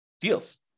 deals